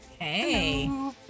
Hey